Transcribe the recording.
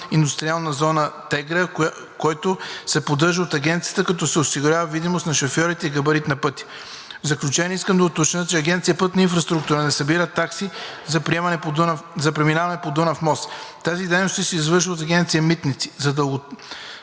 „Индустриална зона Тегра“, който се поддържа от Агенцията, като се осигурява видимост на шофьорите и габарит на пътя. В заключение искам да уточня, че Агенция „Пътна инфраструктура“ не събира такси за преминаване по Дунав мост. Тази дейност се извършва от Агенция „Митници“. Дългосрочно